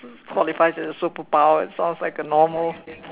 qualifies as a superpower it sounds like a normal